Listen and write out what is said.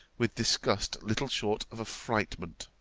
with disgust little short of affrightment.